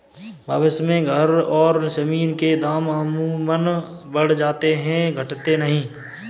भविष्य में घर और जमीन के दाम अमूमन बढ़ जाते हैं घटते नहीं